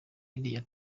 iriya